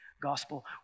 Gospel